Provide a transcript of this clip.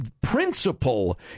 principle